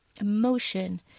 emotion